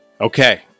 Okay